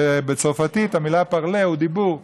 ובצרפתית המילה parler היא דיבור,